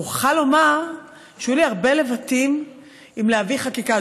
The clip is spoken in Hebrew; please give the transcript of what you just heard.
אני מוכרחה לומר שהיו לי הרבה לבטים אם להביא חקיקה,